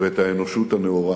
ואת האנושות הנאורה.